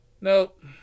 Nope